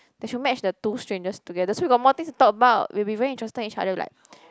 they should match the two strangers together so we got more things to talk about we'll be very interested in each other we like